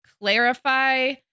clarify